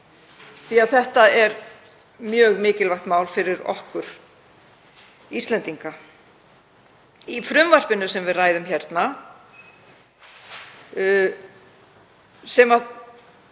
því að þetta er mjög mikilvægt mál fyrir okkur Íslendinga. Í frumvarpinu sem við ræðum hérna er